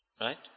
Right